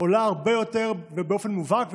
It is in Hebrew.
עולה הרבה יותר ובאופן מובהק,